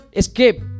escape